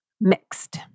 Mixed